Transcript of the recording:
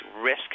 risk